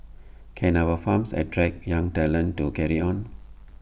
can our farms attract young talent to carry on